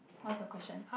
I ask you a question